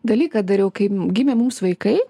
dalyką dariau kai gimė mums vaikai